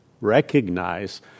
recognize